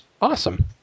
Awesome